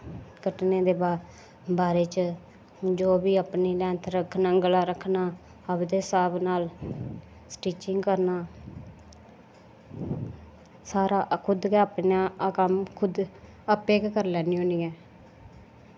कट्टने दे बारे च जो बी अपनी लैंथ रक्खनी गला रक्खना ओह्दे स्हाब नाल स्टिचिंग करना सारा अपना कम्म खुद आपैं गै करी लैन्नी होन्नी आं